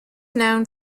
known